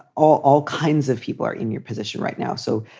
all all kinds of people are in your position right now. so,